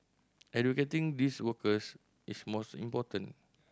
educating these workers is most important